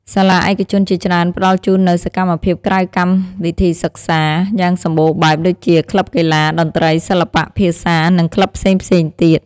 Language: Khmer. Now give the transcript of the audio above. សាលាឯកជនជាច្រើនផ្តល់ជូននូវ សកម្មភាពក្រៅកម្មវិធីសិក្សា យ៉ាងសម្បូរបែបដូចជា ក្លឹបកីឡា តន្ត្រី សិល្បៈ ភាសា និងក្លឹបផ្សេងៗទៀត។